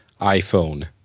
iPhone